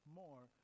more